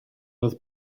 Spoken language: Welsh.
oedd